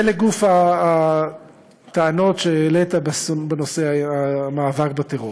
זה לגוף הטענות שהעלית בנושא המאבק בטרור.